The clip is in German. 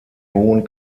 hohen